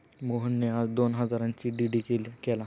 मोहनने आज दोन हजारांचा डी.डी केला